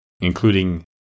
including